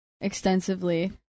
extensively